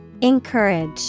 Encourage